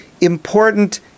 important